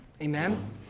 amen